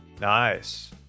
Nice